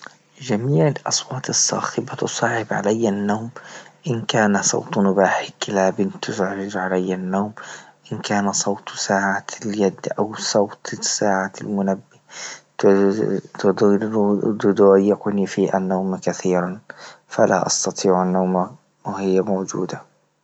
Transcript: جميع أصوات الصاخبة تصعب علي النوم إن كان صوت نباح كلاب تزعج علي النوم إن كان صوت ساعة اليد أو صوت ساعة المنبه يكون في النوم كثيرا فلا أستطيع النوم وهي موجودة.